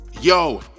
Yo